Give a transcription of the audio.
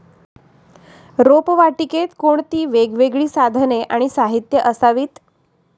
रोपवाटिकेत कोणती वेगवेगळी साधने आणि साहित्य असावीत?